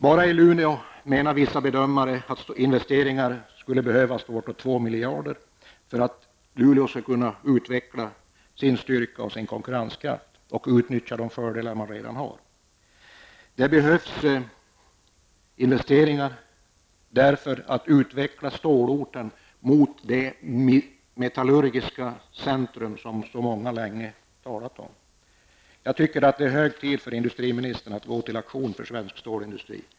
Bara i Luleå, menar vissa bedömare, skulle det behövas investeringar på bortåt två miljarder för att verksamheten skall öka i styrka och för att man skall kunna utveckla konkurrenskraften och utnyttja de fördelar man redan har. Det behövs investeringar för att man skall kunna utveckla stålorten mot det metallurgiska centrum som så många länge talat om. Jag tycker att det är hög tid för industriministern att gå till aktion för svensk stålindustri.